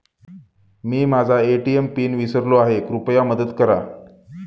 मी माझा ATM PIN विसरलो आहे, कृपया मदत करा